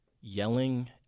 yelling